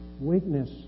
weakness